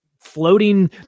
floating